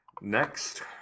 Next